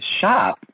shop